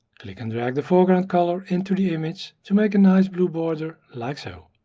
click and drag the foreground color into the image to make a nice blue border, like so.